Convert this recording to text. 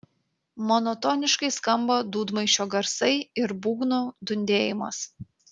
monotoniškai skamba dūdmaišio garsai ir būgnų dundėjimas